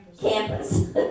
Campus